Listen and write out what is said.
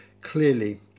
clearly